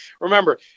Remember